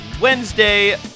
Wednesday